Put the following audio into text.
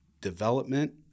development